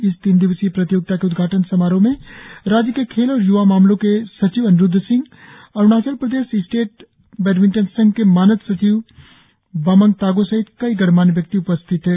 इस तीन दिवसीय प्रतियोगिता के उद्घाटन समारोह में राष्ट्र्य के खेल और य्वा मामलों के सचिव अनिरुद्ध सिंह अरुणाचल स्टेट बैडमिंटन संघ के मानद सचिव बामंग तागो सहित कई गणमान्य व्यक्ति मौजूद थे